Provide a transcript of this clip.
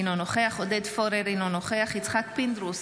אינו נוכח עודד פורר, אינו נוכח יצחק פינדרוס,